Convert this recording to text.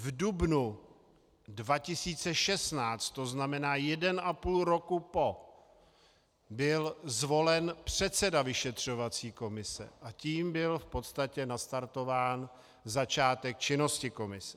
V dubnu 2016, to znamená jeden a půl roku po, byl zvolen předseda vyšetřovací komise, a tím byl v podstatě nastartován začátek činnosti komise.